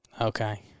Okay